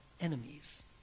enemies